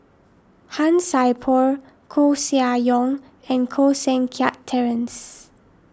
Han Sai Por Koeh Sia Yong and Koh Seng Kiat Terence